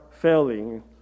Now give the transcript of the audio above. failing